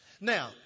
Now